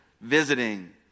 visiting